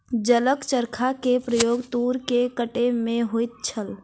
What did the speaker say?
जलक चरखा के प्रयोग तूर के कटै में होइत छल